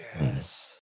yes